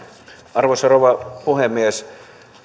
arvoisa rouva puhemies